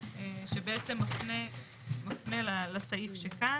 שמפנה לסעיף שכאן.